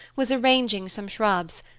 was arranging some shrubs,